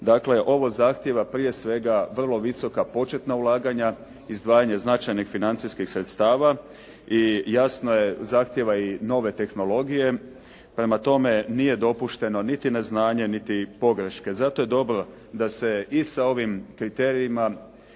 Dakle, ovo zahtjeva prije svega vrlo visoka početna ulaganja, izdvajanje značajnih financijskih sredstava i jasno je zahtjeva i nove tehnologije. Prema tome, nije dopušteno niti neznanje niti pogreške. Zato je dobro da se i sa ovim kriterijima